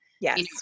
Yes